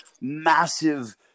massive